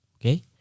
Okay